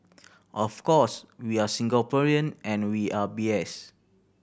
of course we are Singaporean and we are